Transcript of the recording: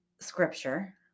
scripture